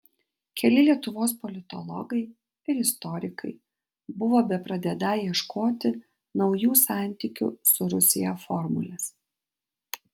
keli lietuvos politologai ir istorikai buvo bepradedą ieškoti naujų santykių su rusija formulės